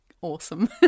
Awesome